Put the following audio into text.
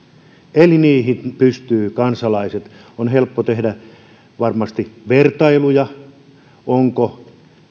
eli niitä pystyvät kansalaiset arvioimaan on varmasti helppo tehdä vertailuja ovatko